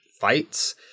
fights